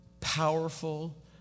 powerful